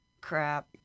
Crap